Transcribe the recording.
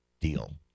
deal